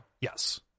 Yes